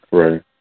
right